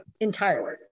Entirely